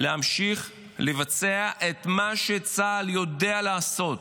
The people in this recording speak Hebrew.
להמשיך לבצע את מה שצה"ל יודע לעשות.